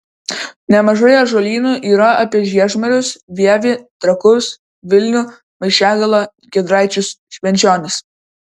nemažai ąžuolynų yra apie žiežmarius vievį trakus vilnių maišiagalą giedraičius švenčionis